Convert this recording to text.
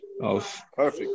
Perfect